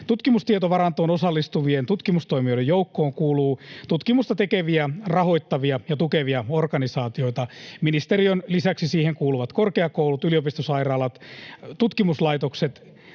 Tutkimustietovarantoon osallistuvien tutkimustoimijoiden joukkoon kuuluu tutkimusta tekeviä, rahoittavia ja tukevia organisaatioita. Ministeriön lisäksi siihen kuuluvat korkeakoulut, yliopistosairaalat, tutkimuslaitokset,